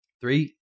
Three